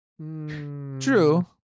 True